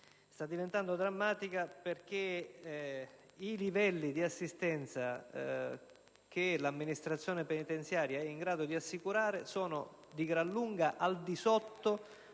sta diventando drammatica. I livelli di assistenza che l'amministrazione penitenziaria è in grado di assicurare, infatti, sono di gran lunga al di sotto